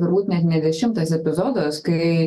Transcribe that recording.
turbūt net ne dešimtas epizodas kai